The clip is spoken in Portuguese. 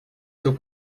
seu